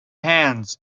hands